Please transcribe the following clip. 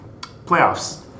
Playoffs